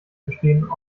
bestehen